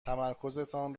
تمرکزتان